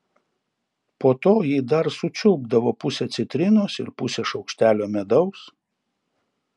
po to ji dar sučiulpdavo pusę citrinos ir pusę šaukštelio medaus